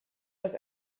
aus